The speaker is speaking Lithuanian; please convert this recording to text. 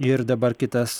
ir dabar kitas